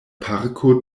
parko